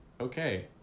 Okay